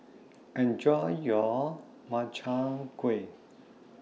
Enjoy your Makchang Gui